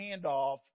handoff